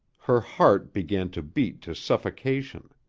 her heart began to beat to suffocation.